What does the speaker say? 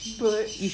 birds